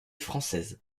française